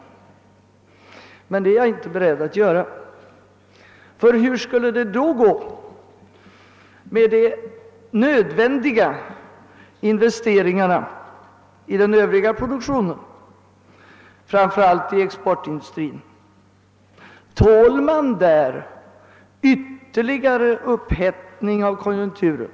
Men det är jag inte beredd att göra. Hur skulle det då gå med de nödvändiga investeringarna i den övriga produktionen, framför allt inom exportindustrin? Tål denna en ytterligare upphettning av konjunkturen.